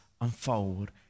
unfold